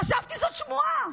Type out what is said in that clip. חשבתי שזאת שמועה.